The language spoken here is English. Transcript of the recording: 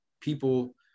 people